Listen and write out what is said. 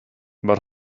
but